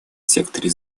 секторе